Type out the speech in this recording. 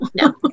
No